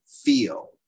feel